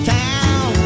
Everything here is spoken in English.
town